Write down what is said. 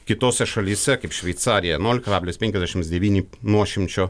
kitose šalyse kaip šveicarija nol kablis penkiasdešims devyni nuošimčio